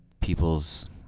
people's